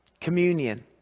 communion